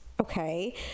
okay